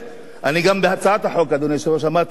אדוני היושב-ראש, אני גם בהצעת החוק אמרתי: שנה.